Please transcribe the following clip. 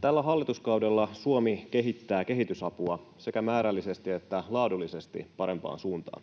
Tällä hallituskaudella Suomi kehittää kehitysapua sekä määrällisesti että laadullisesti parempaan suuntaan.